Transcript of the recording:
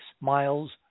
miles